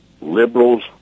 Liberals